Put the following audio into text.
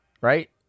right